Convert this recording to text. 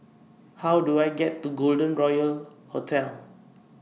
How Do I get to Golden Royal Hotel